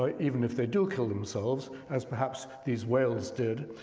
ah even if they do kill themselves, as perhaps these whales did,